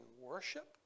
worship